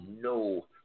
no